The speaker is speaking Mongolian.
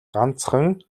ганцхан